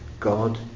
God